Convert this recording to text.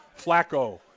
Flacco